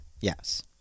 yes